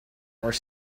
are